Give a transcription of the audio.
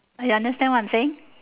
are you understand what I'm saying